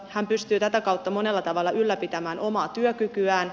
hän pystyy tätä kautta monella tavalla ylläpitämään omaa työkykyään